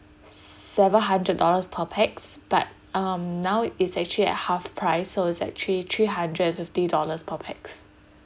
seven hundred dollars per pax but um now is actually at half price so is at three three hundred fifty dollars per pax